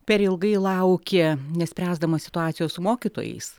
per ilgai laukė nespręsdamas situacijos su mokytojais